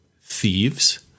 thieves